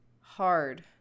hard